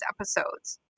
episodes